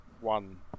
One